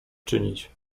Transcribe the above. czynić